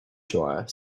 dryer